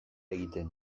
egiten